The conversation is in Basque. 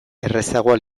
errazagoa